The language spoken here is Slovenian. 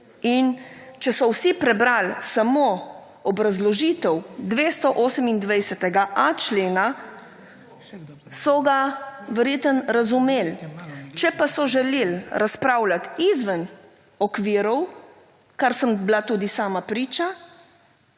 če so vsi prebral samo obrazložitev 228.a člena, so ga verjetno razumel. Če pa so želel razpravljat izven okvirov, kar sem bila tudi sama priča,